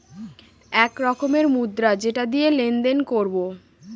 এক রকমের মুদ্রা যেটা দিয়ে লেনদেন করবো